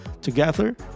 Together